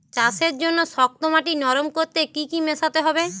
চাষের জন্য শক্ত মাটি নরম করতে কি কি মেশাতে হবে?